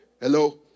Hello